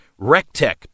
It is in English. Rectech